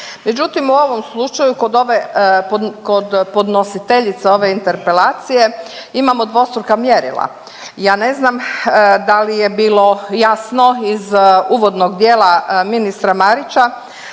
Međutim, u ovom slučaju, kod ove, kod podnositeljice ove interpelacije imamo dvostruka mjerila. Ja ne znam da li je bilo jasno iz uvodnog dijela ministra Marića